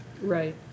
Right